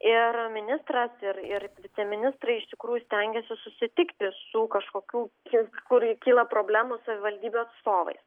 ir ministras ir ir viceministrai iš tikrųjų stengiasi susitikti su kažkokių iš kur kyla problemų savivaldybių atstovais